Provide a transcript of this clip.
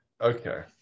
Okay